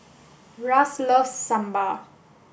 Russ loves Sambal